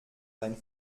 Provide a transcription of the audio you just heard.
sein